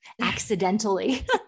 accidentally